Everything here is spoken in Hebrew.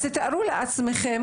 אז תארו לעצמכם,